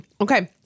okay